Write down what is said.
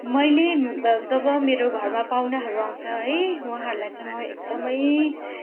मैले जब मेरो घरमा पाहुनाहरू आउँछ है उहाँहरूलाई चाहिँ म एकदमै